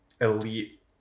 elite